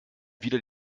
wieder